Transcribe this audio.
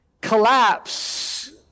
collapse